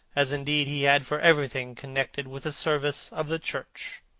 as indeed he had for everything connected with the service of the church.